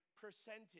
percentage